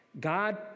God